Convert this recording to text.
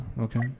Okay